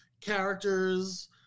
characters